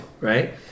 right